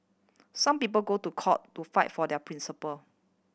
some people go to court to fight for their principle